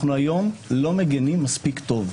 היום אנו לא מגנים מספיק טוב.